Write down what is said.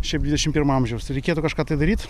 šiaip dvidešim pirmo amžiaus reikėtų kažką tai daryt